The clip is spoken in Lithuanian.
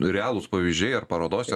realūs pavyzdžiai ar parodose